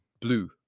blue